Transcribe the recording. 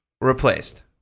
replaced